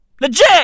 Legit